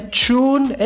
tune